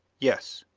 yes.